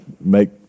make